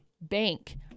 bank